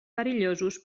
perillosos